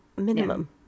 minimum